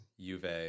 Juve